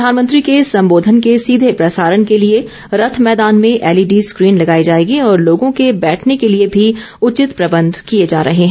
प्रधानमंत्री के संबोधन के सीधे प्रसारण के लिए रथ मैदान में एलईडी स्क्रीन लगाई जाएगी और लोगों के बैठने के लिए भी उचित प्रबंध किए जा रहे हैं